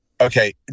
Okay